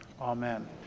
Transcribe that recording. amen